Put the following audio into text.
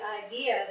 idea